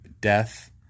death